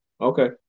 Okay